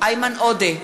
איימן עודה,